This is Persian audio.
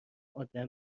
آدم